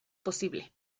posible